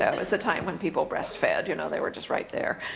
yeah was a time when people breastfed, you know they were just right there.